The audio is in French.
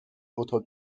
votre